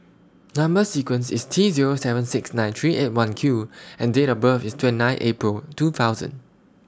Number sequence IS T Zero seven six nine three eight one Q and Date of birth IS twenty nine April two thousand